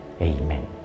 Amen